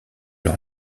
leur